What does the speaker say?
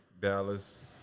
Dallas